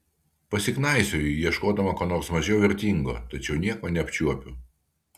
pasiknaisioju ieškodama ko nors mažiau vertingo tačiau nieko neapčiuopiu